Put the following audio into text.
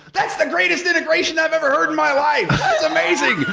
that's the greatest integration i've ever heard in my life. that's amazing.